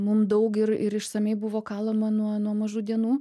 mum daug ir ir išsamiai buvo kalama nuo nuo mažų dienų